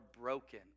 broken